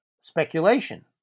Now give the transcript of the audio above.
speculation